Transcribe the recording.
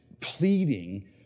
pleading